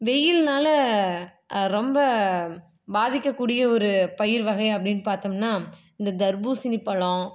வெயில்னாலே ரொம்ப பாதிக்கக்கூடிய ஒரு பயிர் வகை அப்படின்னு பார்த்தம்னா இந்த தர்பூசணிப்பழம்